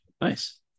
Nice